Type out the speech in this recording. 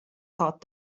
thought